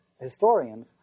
historians